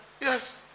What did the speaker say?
yes